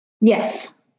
Yes